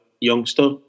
youngster